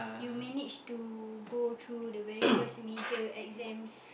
you managed to go through the very first major exams